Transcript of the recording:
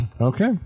Okay